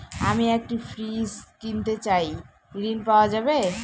আমি একটি ফ্রিজ কিনতে চাই ঝণ পাওয়া যাবে?